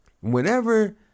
Whenever